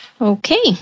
Okay